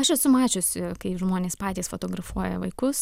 aš esu mačiusi kai žmonės patys fotografuoja vaikus